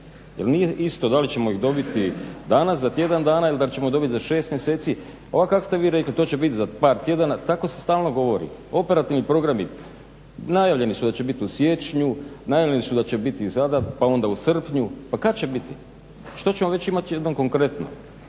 jer nije isto da li ćemo ih dobiti danas, za tjedan dana ili da li ćemo dobiti za šest mjeseci. Ovako kako ste vi rekli to će biti za par tjedana, tako se stalno govori. Operativni programi najavljeni su da će biti u siječnju, najavljeni da će biti Zadar, pa onda u srpnju, pa kad će biti? što ćemo već imati jedno konkretno?